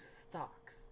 stocks